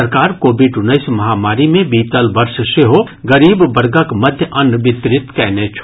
सरकार कोविड उन्नैस महामारी मे बीतल वर्ष सेहो गरीब वर्गक मध्य अन्न वितरित कयने छल